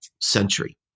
century